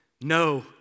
No